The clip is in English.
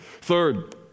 Third